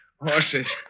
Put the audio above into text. Horses